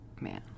man